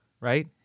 right